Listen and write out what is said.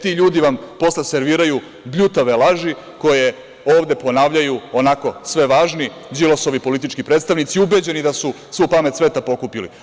Ti ljudi vam posle serviraju bljutave laži koje ovde ponavljaju onako, sve važni, Đilasovi politički predstavnici, ubeđeni da su svu pamet sveta pokupili.